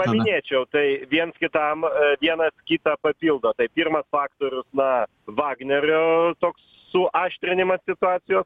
paminėčiau tai viens kitam vienas kitą papildo tai pirmas faktorius na vagnerio toks suaštrinimas situacijos